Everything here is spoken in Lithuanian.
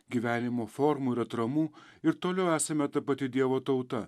gyvenimo formų ir atramų ir toliau esame ta pati dievo tauta